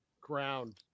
ground